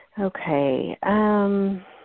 Okay